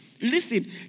Listen